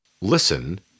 Listen